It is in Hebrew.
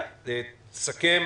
תסכם